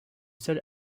seul